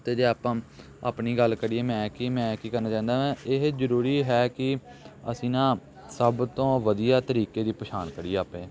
ਅਤੇ ਜੇ ਆਪਾਂ ਆਪਣੀ ਗੱਲ ਕਰੀਏ ਮੈਂ ਕੀ ਮੈਂ ਕੀ ਕਰਨਾ ਚਾਹੁੰਦਾ ਵਾ ਇਹ ਜ਼ਰੂਰੀ ਹੈ ਕਿ ਅਸੀਂ ਨਾ ਸਭ ਤੋਂ ਵਧੀਆ ਤਰੀਕੇ ਦੀ ਪਛਾਣ ਕਰੀਏ ਆਪੇ